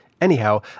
Anyhow